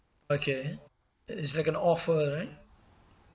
okay it's like an offer right